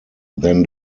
then